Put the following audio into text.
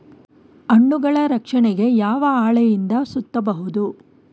ಹಣ್ಣುಗಳ ರಕ್ಷಣೆಗೆ ಯಾವ ಹಾಳೆಯಿಂದ ಸುತ್ತಬಹುದು?